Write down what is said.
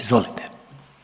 Izvolite.